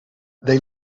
they